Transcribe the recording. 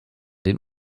den